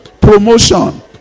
Promotion